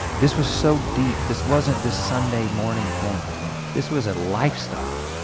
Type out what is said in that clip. this was so deep, this wasn't the sunday morning thing man, this was a lifestyle.